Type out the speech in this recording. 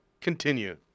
Continue